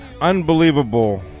unbelievable